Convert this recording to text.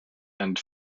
and